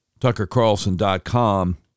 tuckercarlson.com